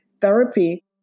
therapy